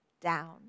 down